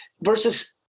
versus